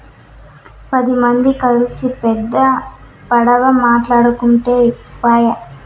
పది మంది కల్సి పెద్ద పడవ మాటాడుకుంటే పాయె